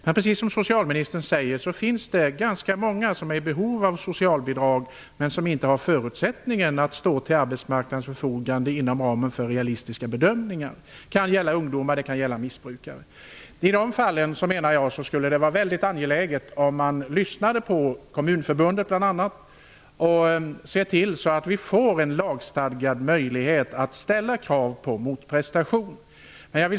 Men precis som socialministern sade finns det många som är i behov av socialbidrag men som enligt realistiska bedömningar inte har förutsättningar att stå till arbetsmarknadens förfogande. Det kan gälla ungdomar, och det kan gälla missbrukare. Jag menar att det i de fallen skulle vara mycket angeläget att lyssna på bl.a. Kommunförbundet och se till att vi får en lagstadgad möjlighet att ställa krav på motprestation.